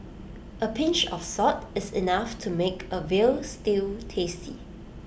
A pinch of salt is enough to make A Veal Stew tasty